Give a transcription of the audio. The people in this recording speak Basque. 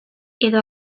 edo